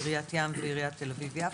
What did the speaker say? קריית ים ועיריית תל אביב-יפו.